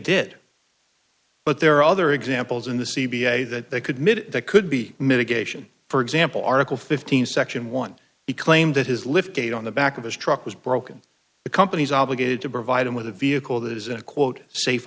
did but there are other examples in the c b i that they could mitigate that could be mitigation for example article fifteen section one he claimed that his lift gate on the back of his truck was broken the company's obligated to provide him with a vehicle that is in a quote safe